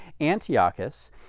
Antiochus